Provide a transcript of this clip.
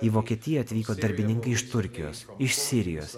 į vokietiją atvyko darbininkai iš turkijos iš sirijos